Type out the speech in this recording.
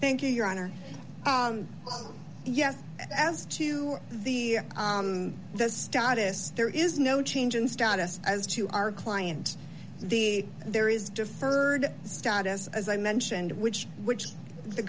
thank you your honor yes as to the the status there is no change in status as to our client the there is deferred status as i mentioned which which the